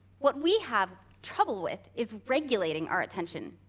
what we have trouble with is regulating our attention.